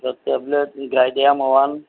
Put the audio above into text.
tablet গাইদিয়াম one